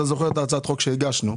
אתה זוכר את הצעת החוק שהגשנו,